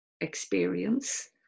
experience